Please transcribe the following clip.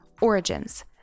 Origins